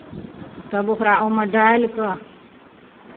तब ओकरा ओहिमे डालि कऽ